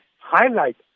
highlight